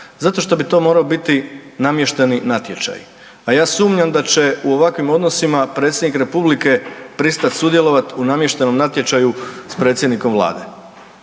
Zato što bi to morao biti namješteni natječaj, a ja sumnjam da će u ovakvim odnosima predsjednik Republike pristati sudjelovati u namještenom natječaju s predsjednikom Vlade.